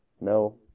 no